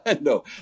no